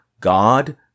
God